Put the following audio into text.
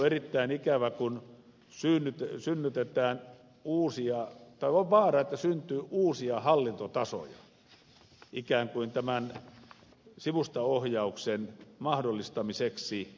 nyt on vaara että syntyy uusia hallintotasoja ikään kuin tämän sivustaohjauksen mahdollistamiseksi